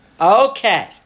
Okay